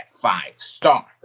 five-star